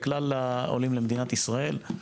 לכלל העולים למדינת ישראל,